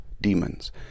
demons